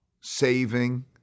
saving